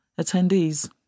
attendees